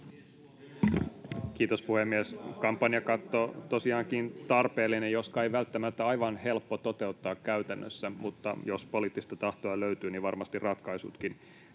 Kiitos, puhemies! Kampanjakatto on tosiaankin tarpeellinen, joskaan ei välttämättä aivan helppo toteuttaa käytännössä. Mutta jos poliittista tahtoa löytyy, niin varmasti ratkaisutkin